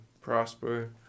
prosper